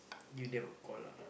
give them a call lah